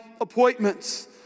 appointments